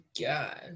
God